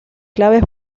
claves